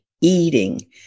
eating